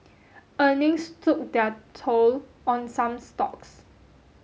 earnings took their toll on some stocks